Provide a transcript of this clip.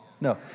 No